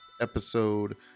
episode